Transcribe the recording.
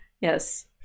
Yes